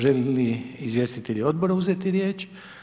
Želi li izvjestitelji Odbora uzeti riječ?